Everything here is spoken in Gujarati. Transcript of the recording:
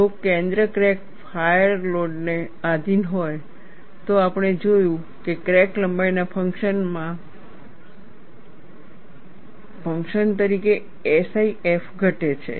જો કેન્દ્ર ક્રેક ફાચર લોડને આધિન હોય તો આપણે જોયું કે ક્રેક લંબાઈના ફંક્શન તરીકે SIF ઘટે છે